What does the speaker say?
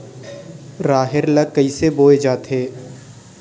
राहेर ल कइसे बोय जाथे?